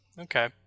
Okay